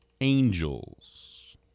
Angels